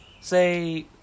say